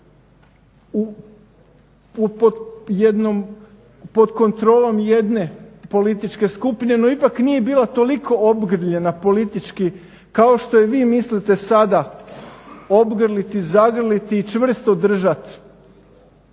pod kontrolom jedne političke skupine no ipak nije bila toliko obgrljena politički kao što i vi mislite sada obgrliti, zagrliti i čvrsto držati